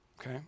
okay